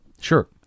Sure